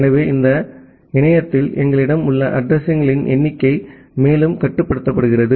எனவே இது இணையத்தில் எங்களிடம் உள்ள அட்ரஸிங்களின் எண்ணிக்கையை மேலும் கட்டுப்படுத்துகிறது